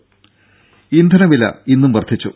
രംഭ ഇന്ധനവില ഇന്നും വർധിച്ചു